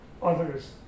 Others